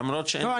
למרות ש- לא,